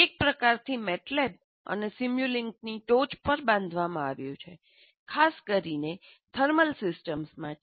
તે એક પ્રકારથી મેટલેબ અને સિમ્યુલિંકની ટોચ પર બાંધવામાં આવ્યું છે પરંતુ ખાસ કરીને થર્મલ સિસ્ટમ્સ માટે